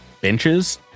benches